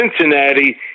Cincinnati